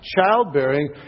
childbearing